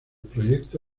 proyecto